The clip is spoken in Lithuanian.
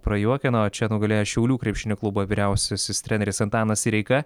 prajuokino čia nugalėjo šiaulių krepšinio klubo vyriausiasis treneris antanas sireika